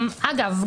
אגב,